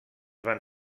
van